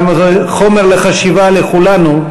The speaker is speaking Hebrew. אני חושב שזה חומר לחשיבה לכולנו,